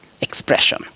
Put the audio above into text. expression